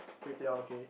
kway-teow okay